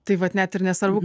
tai vat net ir nesvarbu